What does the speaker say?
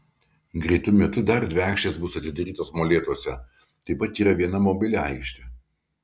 greitu metu dar dvi aikštės bus atidarytos molėtuose taip pat yra viena mobili aikštė